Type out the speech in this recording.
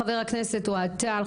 חבר הכנסת אוהד טל,